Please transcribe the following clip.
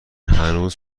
هنوز